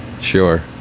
Sure